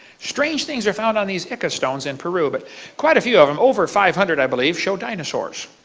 strange things are found on these ica stones in peru, but quite a few of them. over five hundred, i believe, show dinosaurs.